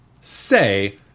say